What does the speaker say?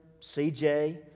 CJ